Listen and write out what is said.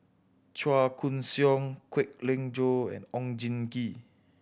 Chua Koon Siong Kwek Leng Joo and Oon Jin Gee